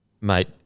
Mate